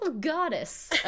goddess